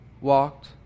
walked